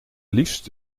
liefst